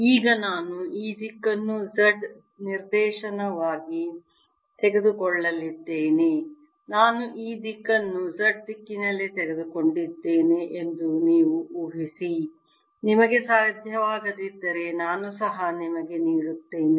ಈಗ ನಾನು ಈ ದಿಕ್ಕನ್ನು Z ನಿರ್ದೇಶನವಾಗಿ ತೆಗೆದುಕೊಳ್ಳಲಿದ್ದೇನೆ ನಾನು ಈ ದಿಕ್ಕನ್ನು Z ದಿಕ್ಕಿನಲ್ಲಿ ತೆಗೆದುಕೊಂಡಿದ್ದೇನೆ ಎಂದು ನೀವು ಊಹಿಸಿ ನಿಮಗೆ ಸಾಧ್ಯವಾಗದಿದ್ದರೆ ನಾನು ಸಹ ನಿಮಗೆ ನೀಡುತ್ತೇನೆ